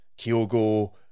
Kyogo